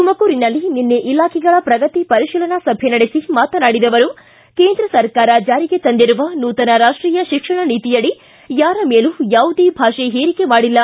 ತುಮಕೂರಿನಲ್ಲಿ ನಿನ್ನೆ ಇಲಾಖೆಗಳ ಪ್ರಗತಿ ಪರಿಶೀಲನಾ ಸಭೆ ನಡೆಸಿ ಮಾತನಾಡಿದ ಅವರು ಕೇಂದ್ರ ಸರ್ಕಾರ ಜಾರಿಗೆ ತಂದಿರುವ ನೂತನ ರಾಷ್ಟೀಯ ಶಿಕ್ಷಣ ನೀತಿಯಡಿ ಯಾರ ಮೇಲೂ ಯಾವುದೇ ಭಾಷೆ ಹೇರಿಕೆ ಮಾಡಿಲ್ಲ